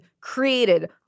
created